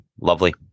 Lovely